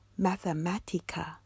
Mathematica